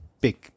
big